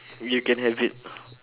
you can have it